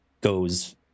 goes